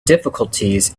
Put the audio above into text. difficulties